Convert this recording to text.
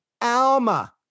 Alma